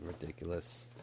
ridiculous